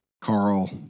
Carl